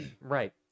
Right